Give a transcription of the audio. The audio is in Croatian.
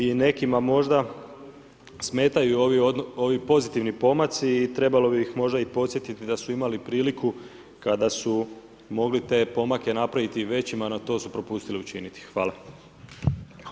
I nekima možda smetaju ovi pozitivni pomaci i trebalo bi ih možda i podsjetiti da su imali priliku kada su mogli te pomake napraviti i većima no to su propustili učiniti.